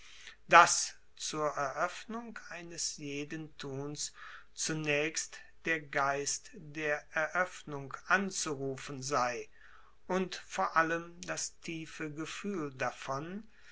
dass zur eroeffnung eines jeden tuns zunaechst der geist der eroeffnung anzurufen sei und vor allem das tiefe gefuehl davon